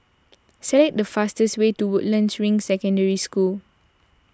select the fastest way to Woodlands Ring Secondary School